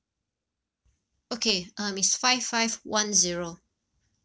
okay um is five five one zero